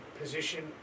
position